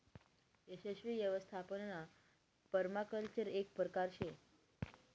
जमीन यवस्थापनना पर्माकल्चर एक परकार शे